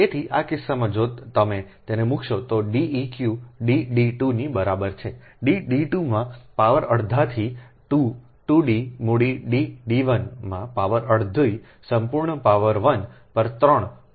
તેથી આ કિસ્સામાં જો તમે તેને મૂકશો તો D eq D D 2 ની બરાબર છે D D 2 માં પાવર અડધાથી 2 2 D મૂડી D D 1 માં પાવર અડધી સંપૂર્ણ પાવર 1 પર 3 પર 1